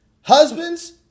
Husbands